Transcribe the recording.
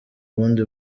bundi